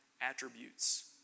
attributes